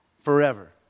forever